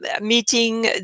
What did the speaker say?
meeting